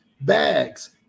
bags